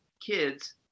kids